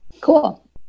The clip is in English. Cool